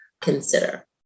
consider